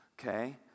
okay